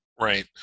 Right